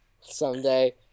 Someday